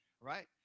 right